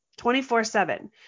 24-7